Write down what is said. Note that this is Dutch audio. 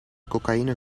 cocaïne